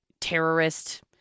terrorist